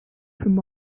him